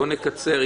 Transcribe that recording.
בואו נקצר.